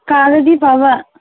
ꯀꯥꯔꯗꯤ ꯐꯕ